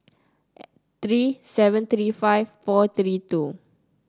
three seven three five four three two